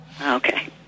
Okay